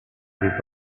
already